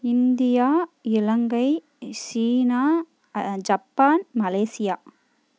India Ilangai China Japan Malaysia